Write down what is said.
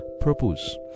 purpose